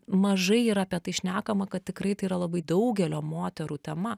mažai yra apie tai šnekama kad tikrai tai yra labai daugelio moterų tema